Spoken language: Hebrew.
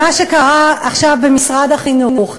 מה שקרה עכשיו במשרד החינוך,